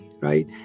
right